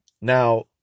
Now